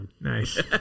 Nice